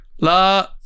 La